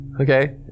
Okay